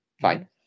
fine